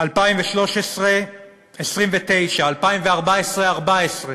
2013 29, 2014, 14,